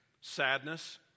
sadness